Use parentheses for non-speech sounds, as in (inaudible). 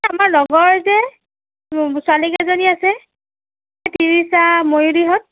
আমাৰ লগৰ যে ছোৱালী কেইজনী আছে (unintelligible) ময়ূৰীহঁত